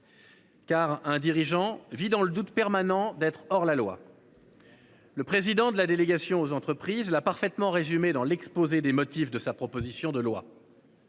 et les dirigeants vivent dans le doute permanent d’être hors la loi. Le président de la délégation aux entreprises l’a parfaitement résumé dans l’exposé des motifs de sa proposition de loi